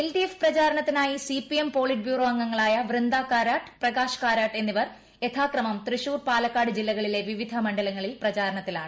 L D F പ്രചാരണത്തിനായി CPM politburo അംഗങ്ങളായ വൃന്ദ കാരാട്ട് പ്രകാശ് കാരാട്ട് എന്നിവർ യഥാക്രമം തൃശൂർ പാലക്കാട് ജില്ലകളിലെ വിവിധ മണ്ഡലങ്ങളിൽ പ്രചാരണത്തിലാണ്